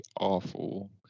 awful